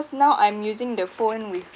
now I'm using the phone with